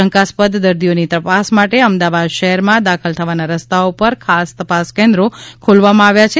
શંકાસ્પદ દર્દીઓની તપાસ માટે અમદાવાદ શહેરમાં દાખલ થવાના રસ્તાઓ પર ખાસ તપસ કેન્દ્રો ખોલવા માં આવ્યા છે